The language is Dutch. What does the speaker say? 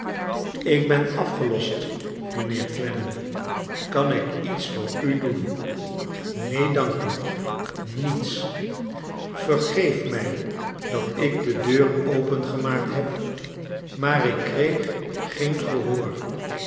ik ben afgelost mrjnheer clennam kan ik iets voor u doen neen dank u niets vergeef mij dat ik de deur opengemaakt heb maar ik kreeg geen gehoor